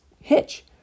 hitch